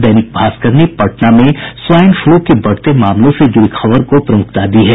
दैनिक भास्कर ने पटना में swine flu के बढ़ते मामलों से जुड़ी खबर को प्रमुखता दी है